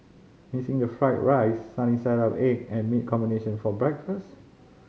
missing the fried rice sunny side up egg and meat combination for breakfast